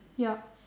yup